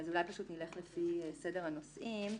אז אולי נלך לפי סדר הנושאים: